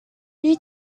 you